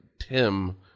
Tim